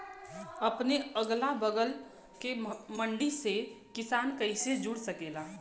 अपने अगला बगल के मंडी से किसान कइसे जुड़ सकेला?